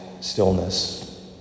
stillness